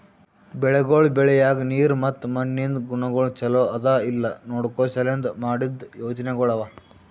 ಬೆಳಿಗೊಳ್ ಬೆಳಿಯಾಗ್ ನೀರ್ ಮತ್ತ ಮಣ್ಣಿಂದ್ ಗುಣಗೊಳ್ ಛಲೋ ಅದಾ ಇಲ್ಲಾ ನೋಡ್ಕೋ ಸಲೆಂದ್ ಮಾಡಿದ್ದ ಯೋಜನೆಗೊಳ್ ಅವಾ